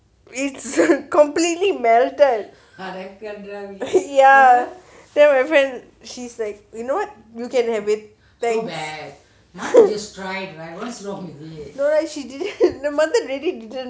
it's completely melted ya then my friend she's like you know what you can have it no lah she didn't